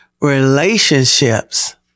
relationships